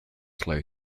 slow